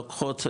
לוקחות,